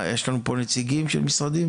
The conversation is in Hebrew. יש לנו פה נציגים של משרדים?